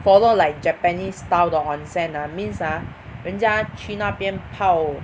follow like Japanese style 的 onsen ah means ah 人家去那边泡